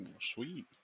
sweet